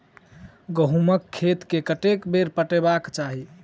गहुंमक खेत केँ कतेक बेर पटेबाक चाहि?